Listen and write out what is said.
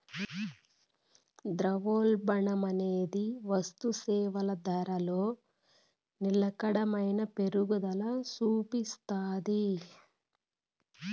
ద్రవ్యోల్బణమనేది వస్తుసేవల ధరలో నిలకడైన పెరుగుదల సూపిస్తాది